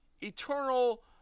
eternal